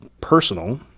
personal